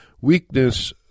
Weakness